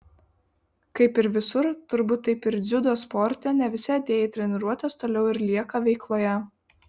kaip ir visur turbūt taip ir dziudo sporte ne visi atėję į treniruotes toliau ir lieka veikloje